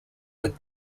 would